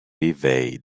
evade